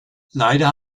leider